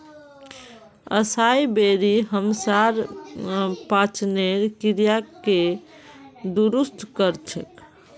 असाई बेरी हमसार पाचनेर क्रियाके दुरुस्त कर छेक